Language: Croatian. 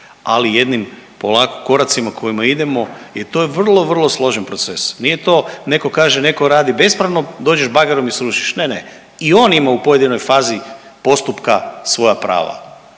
ali jednim polako koracima kojima idemo jer to je vrlo, vrlo složen proces. Nije to, netko kaže, netko radi bespravno, dođeš bagerom i srušiš. Ne, ne, i on ima u pojedinoj fazi postupka svoja prava